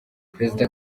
perezida